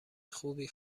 خوبی